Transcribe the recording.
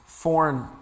foreign